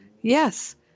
Yes